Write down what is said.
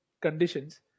conditions